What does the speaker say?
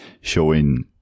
showing